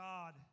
God